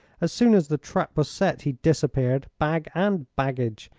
as soon as the trap was set he disappeared, bag and baggage,